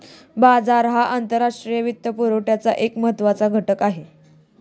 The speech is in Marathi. बाजार हा आंतरराष्ट्रीय वित्तपुरवठ्याचा एक महत्त्वाचा घटक आहे